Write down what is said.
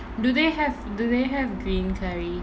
do they have do they have green curry